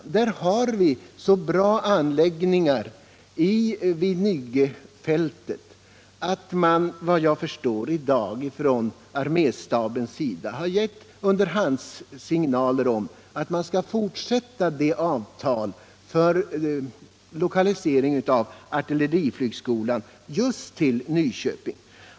Vid Nygefältet har vi så bra anläggningar att arméstaben gett underhandssignaler om att man vill fortsätta att ha ett avtal om lokalisering av artilleriflygskolan just till Nyköping.